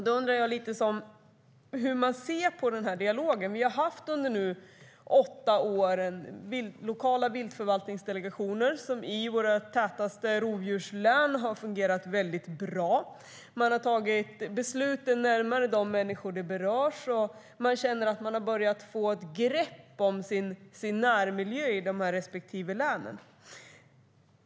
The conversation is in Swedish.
Då undrar jag lite hur man ser på den dialogen. Vi har nu under åtta år haft lokala viltförvaltningsdelegationer som i de län som är mest rovdjurstäta har fungerat mycket bra. Man har tagit besluten närmare de människor som berörs, och man känner att man har börjat få ett grepp om närmiljön i respektive län.